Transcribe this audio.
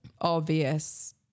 obvious